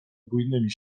bujnymi